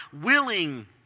willing